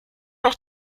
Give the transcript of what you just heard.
doch